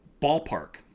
Ballpark